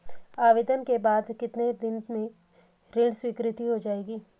आवेदन के बाद कितने दिन में ऋण स्वीकृत हो जाएगा?